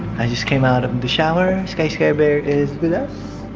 i just came out of the shower, skyskybear is with us.